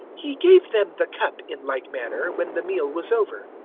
he gave them the cup in like manner, when the meal was over.